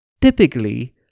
Typically